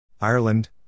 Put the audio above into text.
Ireland